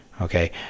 Okay